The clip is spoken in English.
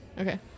Okay